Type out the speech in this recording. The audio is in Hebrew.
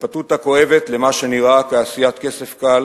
ההתפתות הכואבת למה שנראה כעשיית כסף קל